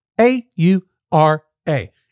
A-U-R-A